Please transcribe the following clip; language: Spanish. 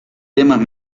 temas